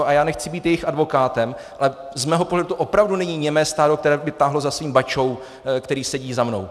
A já nechci být jejich advokátem, ale z mého pohledu to opravdu není němé stádo, které by táhlo za svým bačou, který sedí za mnou.